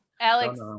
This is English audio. Alex